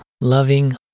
loving